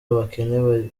abakene